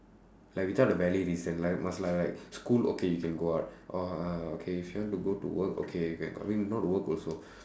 like without a valid reason like must like like school okay you can go out or uh okay if you want to go to work okay you can I mean not work also